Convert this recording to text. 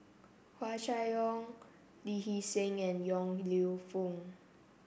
Hua Chai Yong Lee Hee Seng and Yong Lew Foong